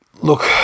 Look